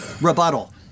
rebuttal